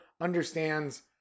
understands